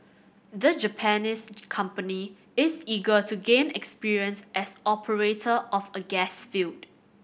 the Japanese company is eager to gain experience as operator of a gas field